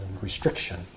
restriction